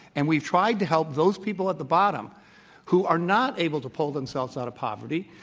and we've tried to help those people at the bottom who are not able to pull themselves out of poverty.